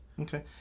Okay